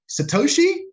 Satoshi